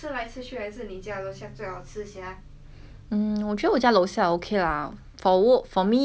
mm 我觉得我家楼下 okay lah for 我 for me 我觉得是 okay 的 lah 可以我可以 accept the standard 那种